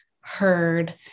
heard